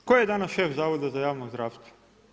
Tko je danas šef Zavoda za javno zdravstvo?